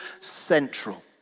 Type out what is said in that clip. Central